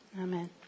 Amen